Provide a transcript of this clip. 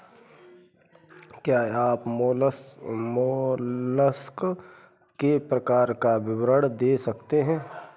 क्या आप मोलस्क के प्रकार का विवरण दे सकते हैं?